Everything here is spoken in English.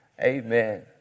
Amen